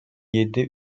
yedi